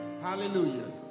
Hallelujah